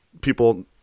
people